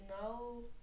no